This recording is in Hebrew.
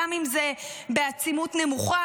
גם אם זה בעצימות נמוכה.